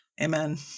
Amen